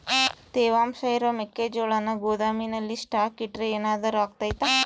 ತೇವಾಂಶ ಇರೋ ಮೆಕ್ಕೆಜೋಳನ ಗೋದಾಮಿನಲ್ಲಿ ಸ್ಟಾಕ್ ಇಟ್ರೆ ಏನಾದರೂ ಅಗ್ತೈತ?